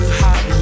hot